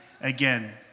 again